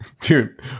Dude